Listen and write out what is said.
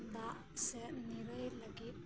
ᱫᱟᱜ ᱥᱮᱜ ᱱᱤᱨᱟᱹᱭ ᱞᱟᱜᱤᱜ